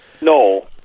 No